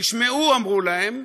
תשמעו, אמרו להם,